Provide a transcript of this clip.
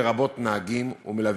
לרבות נהגים ומלווים.